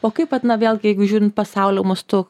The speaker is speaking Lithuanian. o kaip vat na vėlgi jeigu žiūrint pasaulio mastu